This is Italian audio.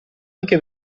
anche